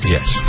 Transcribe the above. Yes